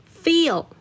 feel